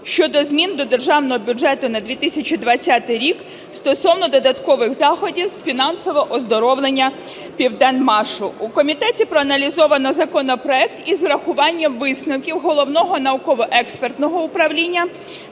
щодо змін до Державного бюджету на 2020 рік стосовно додаткових заходів з фінансового оздоровлення "Південмашу". У комітеті проаналізовано законопроект із урахуванням висновків Головного науково-експертного управління